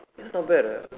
is not bad eh